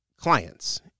clients